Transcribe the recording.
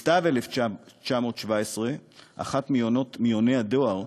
בסתיו 1917 אחת מיוני הדואר,